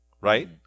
right